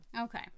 Okay